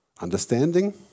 understanding